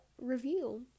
review